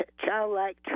childlike